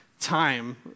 time